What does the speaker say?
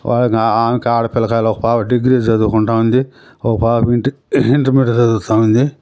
వాళ్ళకి ఆమెకి ఆడ పిల్లకాయలు ఒక పాప డిగ్రీ చదువుకుంటూ ఉంది ఒక పాప ఇంట ఇంటర్మీడియట్ చదువుతూ ఉంది